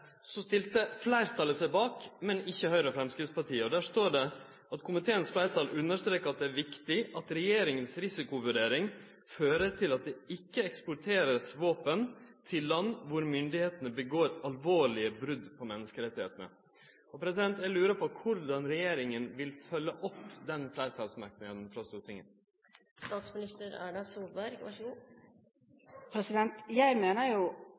seg bak, men ikkje Høgre og Framstegspartiet, står det: «Komiteens flertall understreker at det er viktig at regjeringens risikovurdering fører til at det ikke eksporteres våpen til land hvor myndighetene begår alvorlige brudd på menneskerettighetene.» Eg lurer på korleis regjeringa vil følgje opp denne fleirtalsmerknaden frå Stortinget.